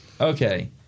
Okay